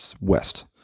West